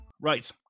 Right